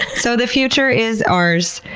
so, the future is ours,